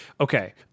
Okay